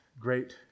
great